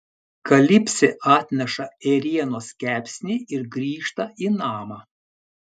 kalipsė atneša ėrienos kepsnį ir grįžta į namą